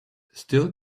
still